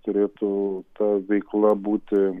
turėtų ta veikla būti